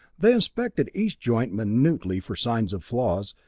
they inspected each joint minutely for signs of flaws,